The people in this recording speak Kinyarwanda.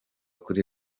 kuri